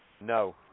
No